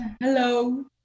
Hello